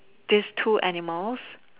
these two animals